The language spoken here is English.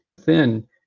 thin